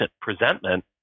presentment